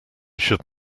should